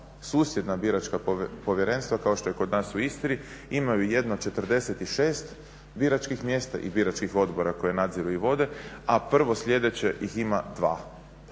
susjedna biračka povjerenstva kao što je kod nas u Istri imaju jedno 46 biračkih mjesta i biračkih odbora koje nadziru i vode a prvo sljedeće ih ima dva.